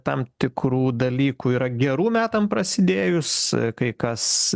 tam tikrų dalykų yra gerų metam prasidėjus kai kas